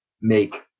make